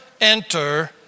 enter